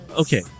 Okay